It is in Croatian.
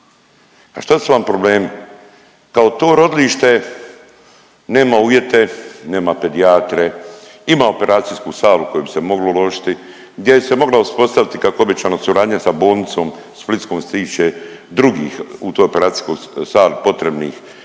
A što su vam problemi? Kao to rodilište nema uvjete, nema pedijatre, ima operacijsku salu u koje bi se moglo uložiti, gdje se mogla uspostaviti kako je obećano suradnja sa bolnicom splitskom što se tiče drugih u toj operacijskoj sali potrebnih